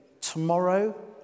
tomorrow